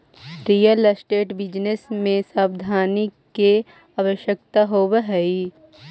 real estate business में सावधानी के आवश्यकता होवऽ हई